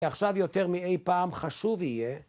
ועכשיו יותר מאי פעם חשוב יהיה